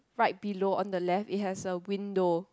right below on the left it has a window